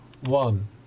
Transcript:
one